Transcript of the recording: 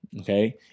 okay